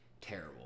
terrible